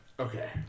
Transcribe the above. Okay